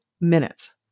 minutes